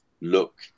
look